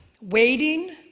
waiting